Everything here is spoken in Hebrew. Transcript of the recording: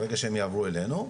ברגע שהם יעברו אלינו,